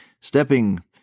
stepping